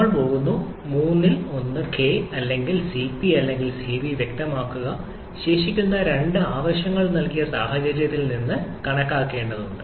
നമ്മൾ പോകുന്നു മൂന്നിൽ ഒന്ന് കെ അല്ലെങ്കിൽ സിപി അല്ലെങ്കിൽ സിവി വ്യക്തമാക്കുക ശേഷിക്കുന്ന രണ്ട് ആവശ്യങ്ങൾ നൽകിയ സാഹചര്യത്തിൽ നിന്ന് കണക്കാക്കേണ്ടതുണ്ട്